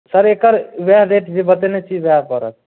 sir एकर ओएह rate जे बतयने छी ओएह पड़त